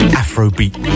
afrobeat